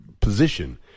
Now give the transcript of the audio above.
position